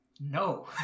no